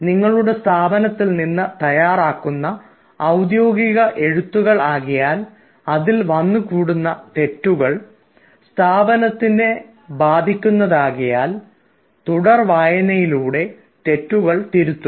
നിങ്ങളുടെ സ്ഥാപനത്തിൽ നിന്ന് തയ്യാറാക്കുന്ന ഔദ്യോഗിക എഴുത്തുകൾ ആകയാൽ അതിൽ വന്നുകൂടുന്ന തെറ്റുകൾ സ്ഥാപനത്തിനെ ബാധിക്കുന്നതിനാൽ തുടർ വായനകളിലൂടെ തെറ്റുകൾ തിരുത്തുക